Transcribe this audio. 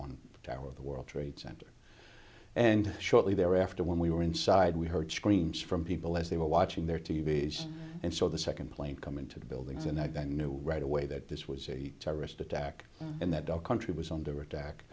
one tower of the world trade center and shortly thereafter when we were inside we heard screams from people as they were watching their t v s and saw the second plane come into the buildings and i knew right away that this was a terrorist attack and that dog country was under attack